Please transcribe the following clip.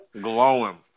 Glowing